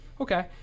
Okay